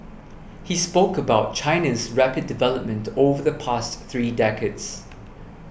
he spoke about China's rapid development over the past three decades